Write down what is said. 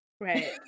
Right